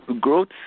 Growth